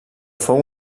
fou